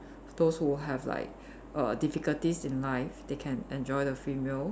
those who have like err difficulties in life they can enjoy the free meal